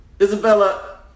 Isabella